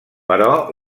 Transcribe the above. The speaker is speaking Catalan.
però